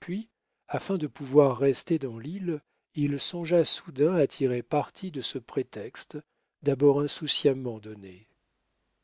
puis afin de pouvoir rester dans l'île il songea soudain à tirer parti de ce prétexte d'abord insouciamment donné